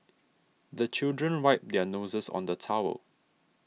the children wipe their noses on the towel